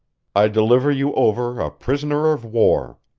i deliver you over a prisoner of war.